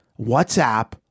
WhatsApp